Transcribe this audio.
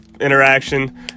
interaction